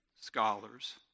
scholars